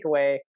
takeaway